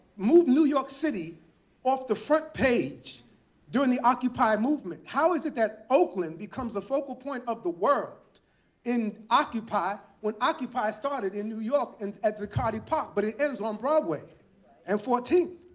moved new york city off the front page during the occupy movement? how is it that oakland becomes a focal point of the world in occupy, when occupy started in new york and at zuccotti park, but it ends on broadway and fourteenth?